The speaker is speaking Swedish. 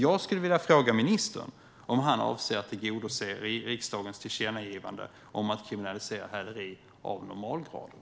Jag skulle vilja fråga ministern om han avser att tillgodose riksdagens tillkännagivande om att kriminalisera försök till häleri av normalgraden.